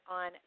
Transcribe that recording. on